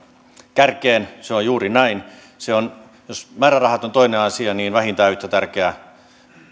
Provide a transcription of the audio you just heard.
kärkeen se on juuri näin jos määrärahat ovat toinen asia niin vähintään yhtä tärkeää